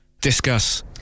Discuss